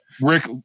Rick